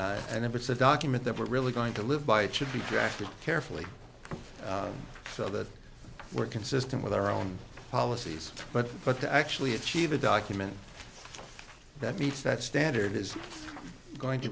procedures and if it's a document that we're really going to live by it should be drafted carefully so that we're consistent with our own policies but but to actually achieve a document that meets that standard is going to